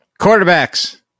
Quarterbacks